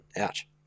Ouch